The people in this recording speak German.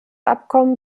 abkommen